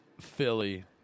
Philly